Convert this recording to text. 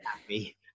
happy